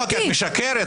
את משקרת.